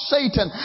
Satan